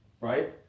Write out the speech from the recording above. right